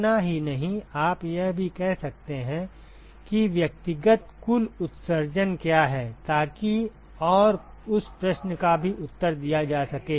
इतना ही नहीं आप यह भी कह सकते हैं कि व्यक्तिगत कुल उत्सर्जन क्या हैं ताकि और उस प्रश्न का भी उत्तर दिया जा सके